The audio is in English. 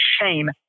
shame